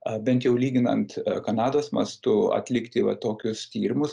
a bent jau lyginant kanados mastu atlikti va tokius tyrimus